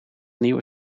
nieuwe